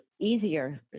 easier